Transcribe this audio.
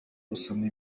usoma